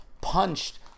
punched